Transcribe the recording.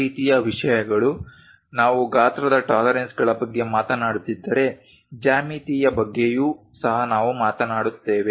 ಈ ರೀತಿಯ ವಿಷಯಗಳು ನಾವು ಗಾತ್ರದ ಟಾಲರೆನ್ಸ್ಗಳ ಬಗ್ಗೆ ಮಾತನಾಡುತ್ತಿದ್ದರೆ ಜ್ಯಾಮಿತಿಯ ಬಗ್ಗೆಯೂ ಸಹ ನಾವು ಮಾತನಾಡುತ್ತೇವೆ